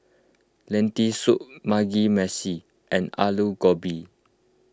Lentil Soup Mugi Meshi and Alu Gobi